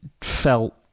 felt